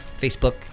Facebook